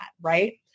Right